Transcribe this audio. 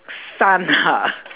sun ha